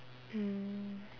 mm